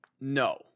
No